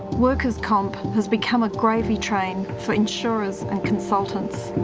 workers comp has become a gravy train for insurers and consultants.